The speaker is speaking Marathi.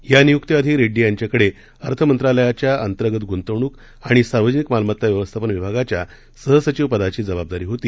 या नियुक्तीआधी रेड्डी यांच्याकडे अर्थ मंत्रालयाच्या अंतर्गत गुंतवणूक आणि सार्वजनिक मालमत्ता व्यवस्थापन विभागाच्या सहसचिवपदाची जबाबदारी होती